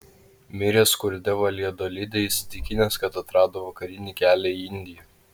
mirė skurde valjadolide įsitikinęs kad atrado vakarinį kelią į indiją